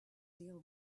deal